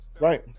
Right